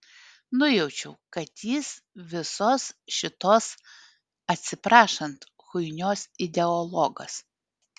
nujaučiu kad jis visos šitos atsiprašant chuinios ideologas